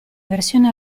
versione